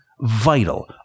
vital